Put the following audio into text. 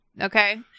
Okay